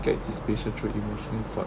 对 this is bicentric emotional science